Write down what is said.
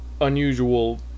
unusual